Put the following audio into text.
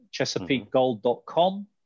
ChesapeakeGold.com